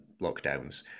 lockdowns